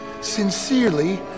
Sincerely